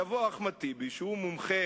יבוא אחמד טיבי, שהוא מומחה